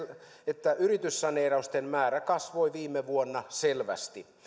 että yrityssaneerausten määrä kasvoi viime vuonna selvästi